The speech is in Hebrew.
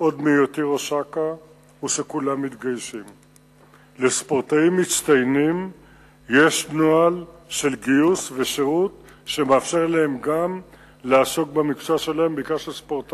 רצוני לשאול: 1. האם נכון כי גם לאחר הסכמת